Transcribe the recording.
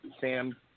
Sam